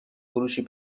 فروشی